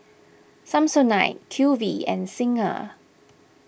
Samsonite Q V and Singha